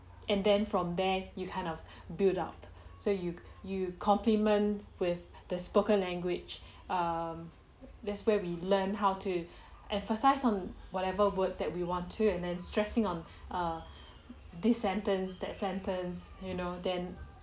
and then from there you kind of build up so you you compliment with the spoken language um that's where we learn how to emphasize on whatever words that we want to and then stressing on err this sentence that sentence you know then